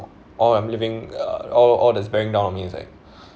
all I'm living uh all all that's bearing down on me is like